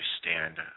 stand